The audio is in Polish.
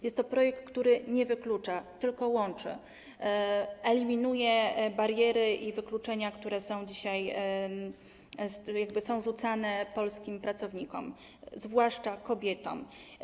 Jest to projekt, który nie wyklucza, tylko łączy, eliminuje bariery i wykluczenia, które dzisiaj są jakby narzucane polskim pracownikom, zwłaszcza kobietom.